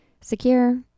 Secure